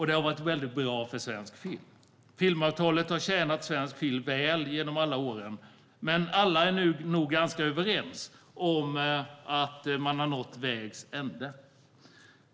Det har varit mycket bra för svensk film. Filmavtalet har tjänat svensk film väl genom alla år. Men alla är nog ganska överens om att vägs ände har nåtts.